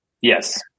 Yes